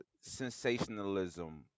sensationalism